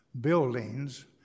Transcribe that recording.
buildings